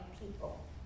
people